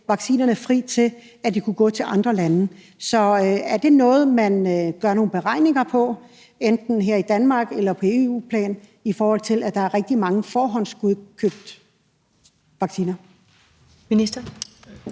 vaccinerne fri, så de kan gå til andre lande. Er det noget, man laver nogle beregninger på enten her i Danmark eller på EU-plan, i forhold til at der er rigtig mange forhåndskøbte vacciner?